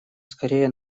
скорее